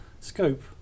scope